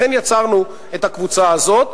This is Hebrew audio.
לכן יצרנו את הקבוצה הזאת,